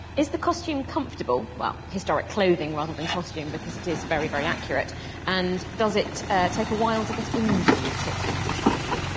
is the costume comfortable? well, historic clothing rather than costume because it is very, very accurate and does it take a while to get into the kit for mrs crocombe?